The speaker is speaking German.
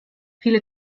viele